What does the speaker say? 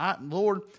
Lord